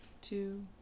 two